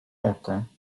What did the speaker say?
oko